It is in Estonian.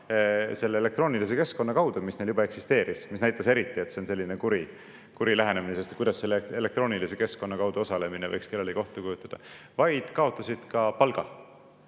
selle elektroonilise keskkonna kaudu, mis neil juba eksisteeris – see näitas eriti, et see oli selline kuri lähenemine, sest kuidas võiks elektroonilise keskkonna kaudu osalemine kellelegi ohtu kujutada –, vaid kaotasid ka palga.